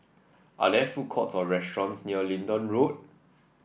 are there food courts or restaurants near Leedon Road